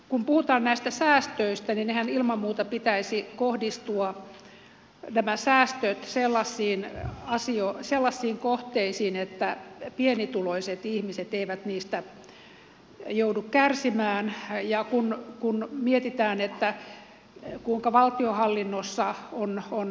kun puhutaan näistä säästöistä niin niidenhän ilman muuta pitäisi kohdistua sellaisiin kohteisiin että pienituloiset ihmiset eivät niistä joudu kärsimään ja kun mietitään kuinka valtionhallinnossa on on